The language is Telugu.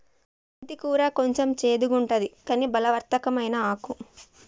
మెంతి కూర కొంచెం చెడుగుంటది కని బలవర్ధకమైన ఆకు